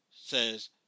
says